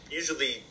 usually